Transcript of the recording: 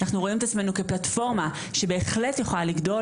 אנחנו רואים את עצמינו כפלטפורמה שבהחלט יכולה לגדול